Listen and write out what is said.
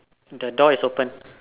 the door is open